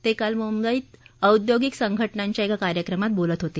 ते काल मुंबईत औद्योगिक संघटनांच्या एका कार्यक्रमात बोलत होते